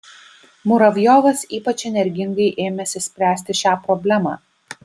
muravjovas ypač energingai ėmėsi spręsti šią problemą